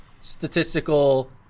statistical